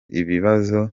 ibibazo